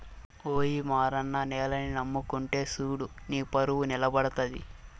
ఓయి మారన్న నేలని నమ్ముకుంటే సూడు నీపరువు నిలబడతది